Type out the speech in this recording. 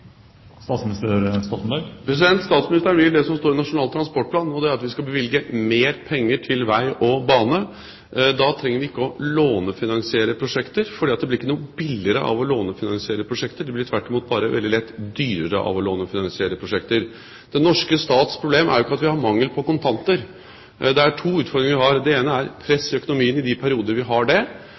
statsministeren? Statsministeren vil det som står i Nasjonal transportplan, og det er at vi skal bevilge mer penger til vei og bane. Da trenger vi ikke å lånefinansiere prosjekter, for det blir ikke noe billigere av å lånefinansiere prosjekter, det blir tvert imot bare veldig lett dyrere av å lånefinansiere prosjekter. Den norske stats problem er jo ikke at vi har mangel på kontanter. Det er to utfordringer vi har, det ene er press i økonomien i de perioder vi har det,